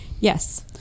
Yes